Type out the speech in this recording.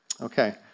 Okay